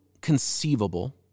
conceivable